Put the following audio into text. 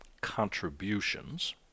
contributions